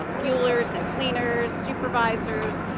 fuelers and cleaners, supervisors.